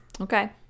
okay